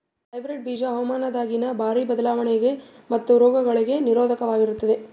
hybrid ಬೀಜ ಹವಾಮಾನದಾಗಿನ ಭಾರಿ ಬದಲಾವಣೆಗಳಿಗ ಮತ್ತು ರೋಗಗಳಿಗ ನಿರೋಧಕವಾಗಿರುತ್ತವ